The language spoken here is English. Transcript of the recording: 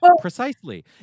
precisely